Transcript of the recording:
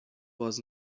was